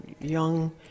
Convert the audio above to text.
young